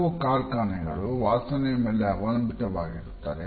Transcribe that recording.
ಕೆಲವು ಕಾರ್ಖಾನೆಗಳು ವಾಸನೆಯ ಮೇಲೆ ಅವಲಂಬಿತವಾಗಿರುತ್ತದೆ